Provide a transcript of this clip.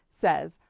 says